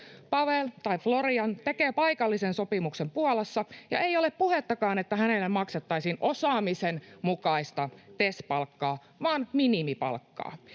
Pavel tai Florian tekee paikallisen sopimuksen Puolassa, ja ei ole puhettakaan, että hänelle maksettaisiin osaamisen mukaista TES-palkkaa vaan minimipalkkaa.